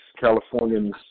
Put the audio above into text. Californians